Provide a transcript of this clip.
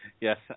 Yes